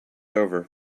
over